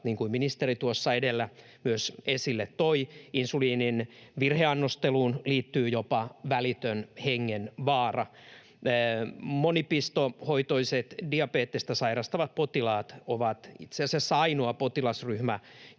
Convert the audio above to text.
niin kuin ministeri tuossa edellä myös esille toi. Insuliinin virheannosteluun liittyy jopa välitön hengenvaara. Monipistoshoitoiset diabetesta sairastavat potilaat ovat itse asiassa ainoa potilasryhmä,